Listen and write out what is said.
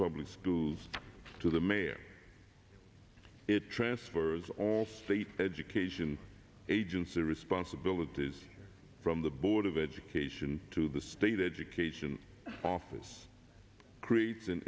public schools to the mayor it transfers all state education agency responsibilities from the board of education to the state education office creates an